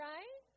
Right